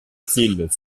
styles